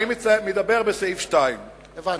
אני מדבר בסעיף 2. הבנתי.